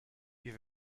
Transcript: you